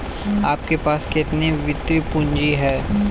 आपके पास कितनी वित्तीय पूँजी है?